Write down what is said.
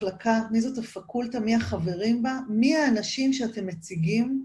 מי זאת הפקולטה, מי החברים בה, מי האנשים שאתם מציגים.